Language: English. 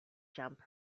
jump